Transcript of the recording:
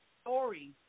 story